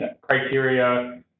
criteria